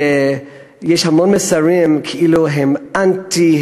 יש המון מסרים כאילו הם אנטי,